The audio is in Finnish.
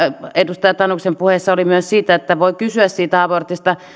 edustaja tanuksen puheessa oli myös siitä että voi kysyä abortista